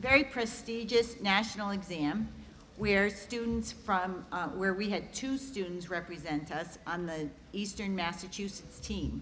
very prestigious national exam where students from where we had two students represent us on the eastern massachusetts team